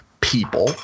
people –